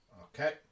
Okay